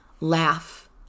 Laugh